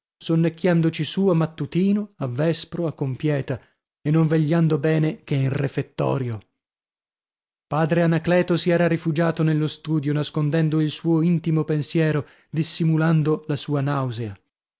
profondo sonnecchiandoci su a mattutino a vespro a compieta e non vegliando bene che in refettorio padre anacleto si era rifugiato nello studio nascondendo il suo intimo pensiero dissimulando la sua nausea